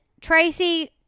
Tracy